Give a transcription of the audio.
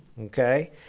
Okay